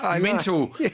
mental